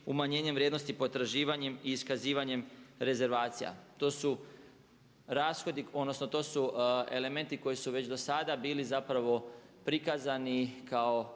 umanjenjem vrijednosti potraživanjem i iskazivanjem rezervacija. To su elementi koji su već do sada bili prikazani kao